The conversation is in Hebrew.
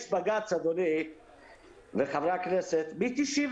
- יש בג"ץ, אדוני וחברי הכנסת, מ-99',